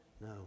No